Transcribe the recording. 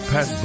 Pat